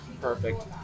perfect